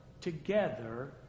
together